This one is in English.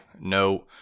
No